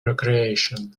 recreation